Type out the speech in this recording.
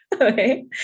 Okay